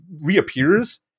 reappears